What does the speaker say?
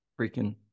freaking